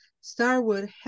Starwood